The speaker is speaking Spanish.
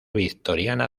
victoriana